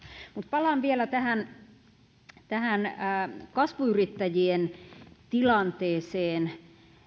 mutta palaan vielä tähän tähän kasvuyrittäjien tilanteeseen